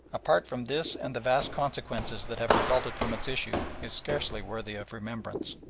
apart from this and the vast consequences that have resulted from its issue, is scarcely worthy of remembrance.